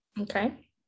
Okay